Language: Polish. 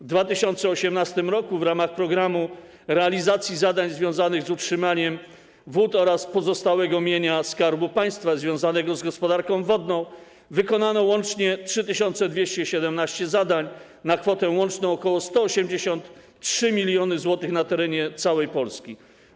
W 2018 r. w ramach „Programu realizacji zadań związanych z utrzymaniem wód oraz pozostałego mienia Skarbu Państwa związanego z gospodarką wodną” wykonano 3217 zadań na łączną kwotę ok. 183 mln zł na terenie całej Polski.